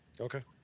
Okay